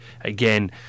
again